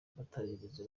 batarigeze